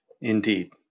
Indeed